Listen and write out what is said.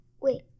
Wait